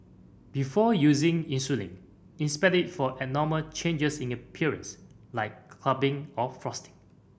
before using insulin inspect it for abnormal changes in appearance like clumping or frosting